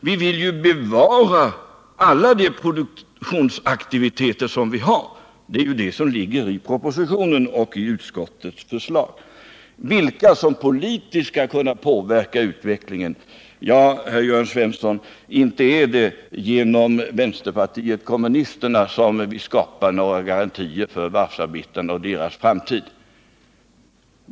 Vi vill ju bevara alla de produktionsaktiviteter som vi har. Det är ju detta som ligger i propositionen och i utskottets förslag. När det gäller vilka som politiskt skall kunna påverka utvecklingen vill jag säga att inte är det genom vänsterpartiet kommunisterna som det skapas några garantier för varvsarbetarna och deras framtid.